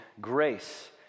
grace